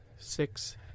Six